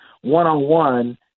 one-on-one